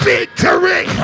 Victory